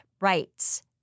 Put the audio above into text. rights